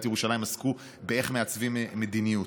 ירושלים עסקו בשאלה איך מעצבים מדיניות.